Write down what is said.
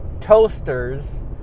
toasters